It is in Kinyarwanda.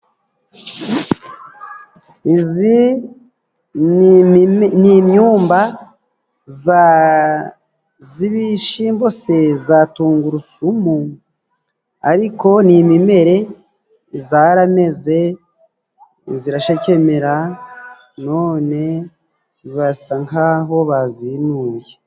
Izi ni imyumba za, z'ibishimbo se? Za tungurusumu? Ariko ni imimere zarameze zirashekemera none basa nk'aho bazinuye.